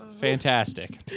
fantastic